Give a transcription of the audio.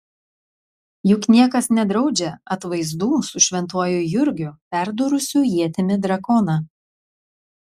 juk niekas nedraudžia atvaizdų su šventuoju jurgiu perdūrusiu ietimi drakoną